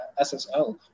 SSL